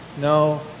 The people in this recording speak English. No